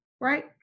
right